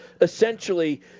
Essentially